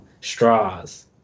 straws